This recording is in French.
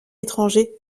étranger